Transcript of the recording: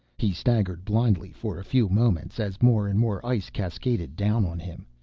he staggered blindly for a few moments, as more and more ice cascaded down on him,